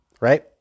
Right